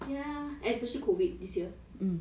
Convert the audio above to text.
ya especially COVID this year